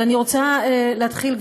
אבל אני רוצה להתחיל,